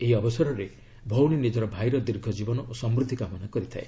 ଏହି ଅବସରରେ ଭଉଶୀ ନିଜର ଭାଇର ଦୀର୍ଘ ଜୀବନ ଓ ସମୃଦ୍ଧି କାମନା କରିଥାଏ